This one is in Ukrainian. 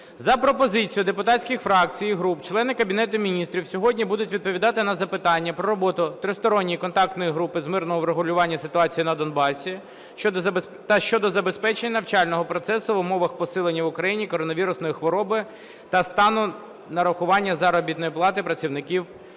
За пропозицією депутатських фракцій і груп члени Кабінету Міністрів сьогодні будуть відповідати на запитання про роботу Тристоронньої контактної групи з мирного врегулювання ситуації на Донбасі та щодо забезпечення навчального процесу в умовах посилення в Україні коронавірусної хвороби та стану нарахування заробітної плати працівникам закладів